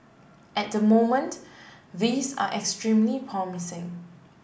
at the moment these are extremely promising